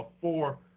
four